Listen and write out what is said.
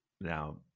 now